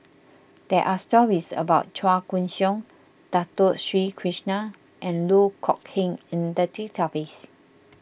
there are stories about Chua Koon Siong Dato Sri Krishna and Loh Kok Heng in the database